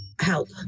help